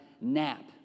nap